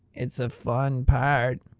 it's a fun part!